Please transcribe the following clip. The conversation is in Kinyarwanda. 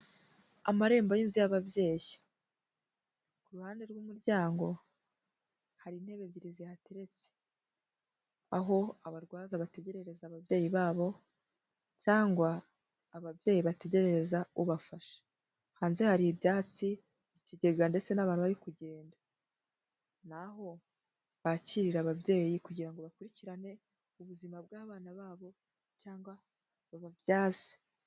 Amarembo y'inzu y'ababyeyi, ku ruhande rw'umuryango hari intebe ebyiri zihateretse, aho abarwaza bategerereza ababyeyi babo cyangwa ababyeyi bategerereza ubafasha, hanze hari ibyatsi, ikigega, ndetse n'abantu bari kugenda, n'aho bakirira ababyeyi kugira ngo bakurikirane ubuzima bw'abana babo cyangwa bababyaze.